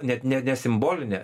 net ne nesimbolinė